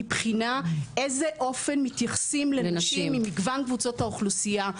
היא בחינה באיזה אופן מתייחסים לנשים ממגוון קבוצות האוכלוסייה,